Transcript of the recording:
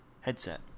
headset